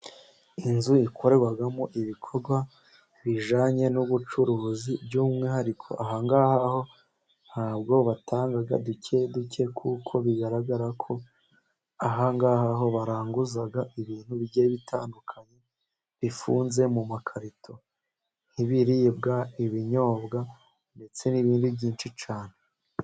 Inzu ikorerwamo ibikorwa bijyanye n'ubucuruzi by'umwihariko aha ngahaho ntabwo batanga duke duke, kuko bigaragarako aha ngahaho baranguza ibintu bigiye bitandukanye, bifunze mu makarito nk'ibiribwa, ibinyobwa ndetse n'ibindi byinshi cyane.